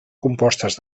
compostes